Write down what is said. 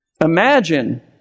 Imagine